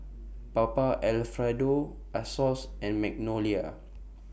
Papa Alfredo Asos and Magnolia